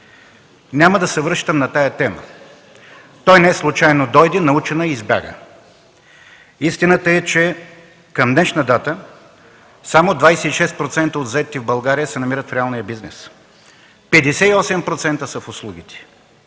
Няма да се връщам на тази тема. Той неслучайно дойде, научи ни и избяга. Истината е, че към днешна дата само 26% от заетите в България се намират в реалния бизнес. Петдесет и осем